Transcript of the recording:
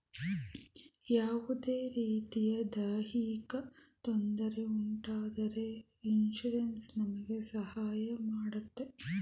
ಯಾವುದೇ ರೀತಿಯ ದೈಹಿಕ ತೊಂದರೆ ಉಂಟಾದರೆ ಇನ್ಸೂರೆನ್ಸ್ ನಮಗೆ ಸಹಾಯ ನೀಡುತ್ತೆ